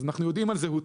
אנחנו יודעים על זהותה.